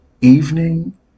evening